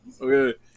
okay